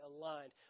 aligned